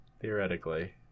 theoretically